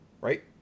right